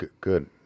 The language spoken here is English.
good